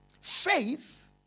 Faith